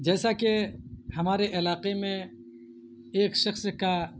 جیسا کہ ہمارے علاقے میں ایک شخص کا